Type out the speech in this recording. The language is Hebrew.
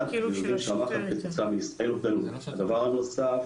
ויודעים שהמחט כתוצאה --- הדבר הנוסף